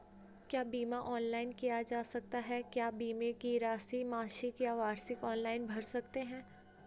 क्या बीमा ऑनलाइन किया जा सकता है क्या बीमे की राशि मासिक या वार्षिक ऑनलाइन भर सकते हैं?